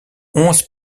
onze